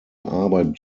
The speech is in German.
arbeit